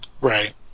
Right